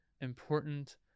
important